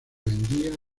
vendía